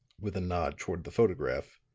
with a nod toward the photograph,